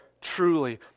truly